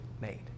made